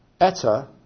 ETA